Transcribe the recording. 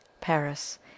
Paris